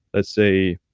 let's say,